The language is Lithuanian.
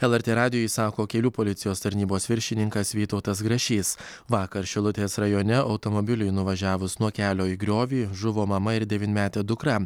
lrt radijui sako kelių policijos tarnybos viršininkas vytautas grašys vakar šilutės rajone automobiliui nuvažiavus nuo kelio į griovį žuvo mama ir devynmetė dukra